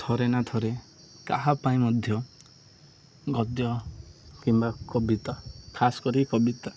ଥରେ ନା ଥରେ କାହା ପାଇଁ ମଧ୍ୟ ଗଦ୍ୟ କିମ୍ବା କବିତା ଖାସ୍ କରି କବିତା